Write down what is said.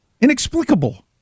inexplicable